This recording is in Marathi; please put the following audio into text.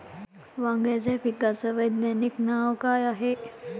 वांग्याच्या पिकाचं वैज्ञानिक नाव का हाये?